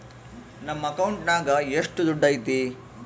ನನ್ನ ಅಕೌಂಟಿನಾಗ ಎಷ್ಟು ದುಡ್ಡು ಐತಿ?